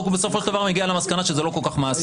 רק הוא בסופו של דבר מגיע למסקנה שזה לא כל כך מעשי.